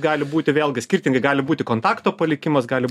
gali būti vėlgi skirtingai gali būti kontakto palikimas gali